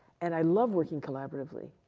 and i love working collaboratively.